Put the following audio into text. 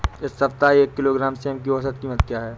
इस सप्ताह एक किलोग्राम सेम की औसत कीमत क्या है?